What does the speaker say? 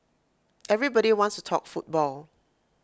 everybody wants to talk football